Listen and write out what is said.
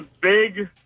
big